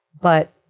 But-